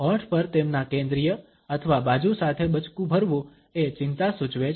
હોઠ પર તેમના કેન્દ્રીય અથવા બાજુ સાથે બચકું ભરવુ એ ચિંતા સૂચવે છે